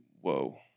whoa